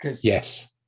Yes